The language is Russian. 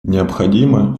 необходимо